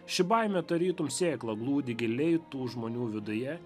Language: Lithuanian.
ši baimė tarytum sėkla glūdi giliai tų žmonių viduje